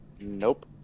Nope